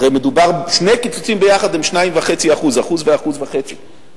הרי שני קיצוצים ביחד הם 2.5%, 1% ו-1.5%